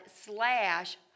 slash